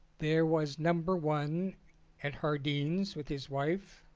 there was number one at jardine's with his wife,